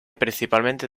principalmente